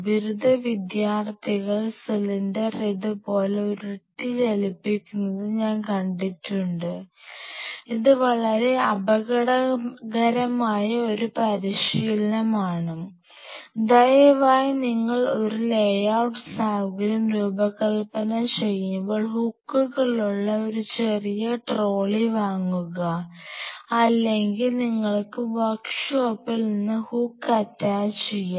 ബിരുദ വിദ്യാർത്ഥികൾ സിലിണ്ടർ ഇതുപോലെ ഉരുട്ടി ചലിപ്പിക്കുന്നത് ഞാൻ കണ്ടിട്ടുണ്ട് ഇത് വളരെ അപകടകരമായ ഒരു പരിശീലനമാണ് ദയവായി നിങ്ങൾ ഒരു ലേഔട്ട് സൌകര്യം രൂപകൽപ്പന ചെയ്യുമ്പോൾ ഹുക്കുകളുള്ള ഒരു ചെറിയ ട്രോളി വാങ്ങുക അല്ലെങ്കിൽ നിങ്ങൾക്ക് വർക്ക് ഷോപ്പിൽ നിന്ന് ഹുക്ക് അറ്റാച്ചുചെയ്യാം